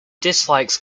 dislikes